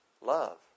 Love